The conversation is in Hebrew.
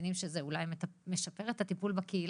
מציינים שזה אולי משפר את הטיפול בקהילה,